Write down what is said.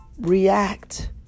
react